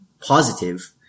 positive